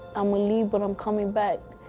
i'm going leave but i'm coming back.